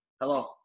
Hello